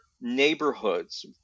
neighborhoods